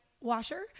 washer